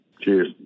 Cheers